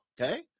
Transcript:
Okay